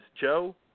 Joe